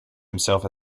himself